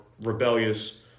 rebellious